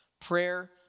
prayer